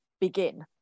begin